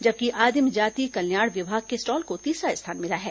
जबकि आदिम जाति कल्याण विभाग के स्टॉल को तीसरा स्थान मिला है